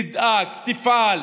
תדאג, תפעל.